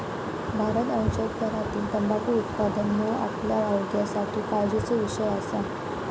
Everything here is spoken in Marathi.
भारत आणि जगभरातील तंबाखू उत्पादन ह्यो आपल्या आरोग्यासाठी काळजीचो विषय असा